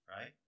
right